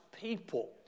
people